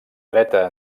dreta